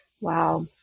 Wow